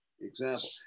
example